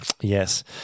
yes